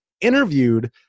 interviewed